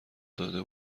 داده